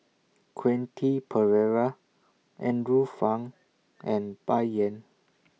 Quentin Pereira Andrew Phang and Bai Yan